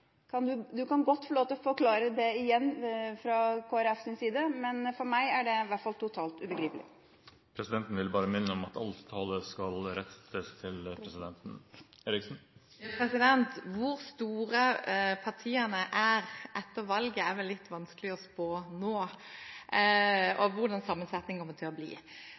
Du kan godt få lov til å forklare det igjen fra Kristelig Folkepartis side, men for meg er det totalt ubegripelig. Presidenten vil bare minne om at all tale skal rettes til presidenten. Hvor store partiene er etter valget og hvordan sammensetningen kommer til å bli, er vel litt vanskelig å spå nå.